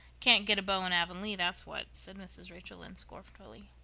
can't get a beau in avonlea, that's what, said mrs. rachel lynde scornfully.